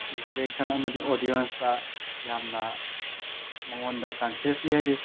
interaction ꯑꯃꯗꯤ ꯑꯣꯗꯤꯌꯦꯟꯁꯇ ꯌꯥꯝꯅ ꯃꯉꯣꯟꯗ ꯀꯟꯁꯤꯁꯂꯤ ꯍꯥꯏꯗꯤ